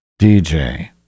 DJ